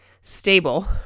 stable